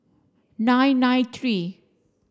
nine nine three